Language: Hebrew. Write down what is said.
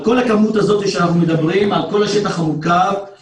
על כל הכמות הזאת של השטח המורכב שעליו אנחנו מדברים,